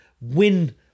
win